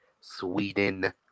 Sweden